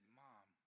mom